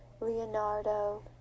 Leonardo